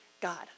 God